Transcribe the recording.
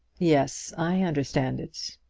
yes, i understand it.